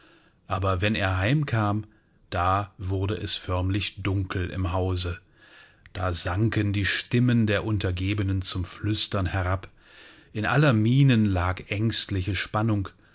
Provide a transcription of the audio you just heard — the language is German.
aber wenn er heimkam da wurde es förmlich dunkel im hause da sanken die stimmen der untergebenen zum flüstern herab in aller mienen lag ängstliche spannung